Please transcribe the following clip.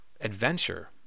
adventure